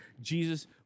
Jesus